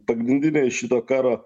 pagrindinė šito karo